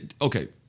Okay